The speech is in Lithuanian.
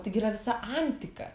tai gi yra visa antika